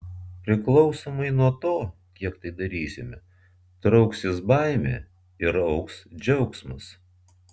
priklausomai nuo to kiek tai darysime trauksis baimė ir augs džiaugsmas